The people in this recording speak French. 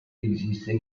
existent